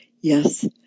Yes